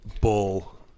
bull